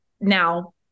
now